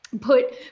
put